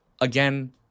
again